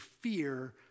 fear